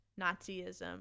Nazism